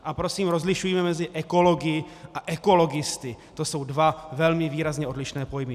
A prosím rozlišujme mezi ekology a ekologisty, to jsou dva velmi výrazně odlišné pojmy.